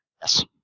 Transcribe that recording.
Yes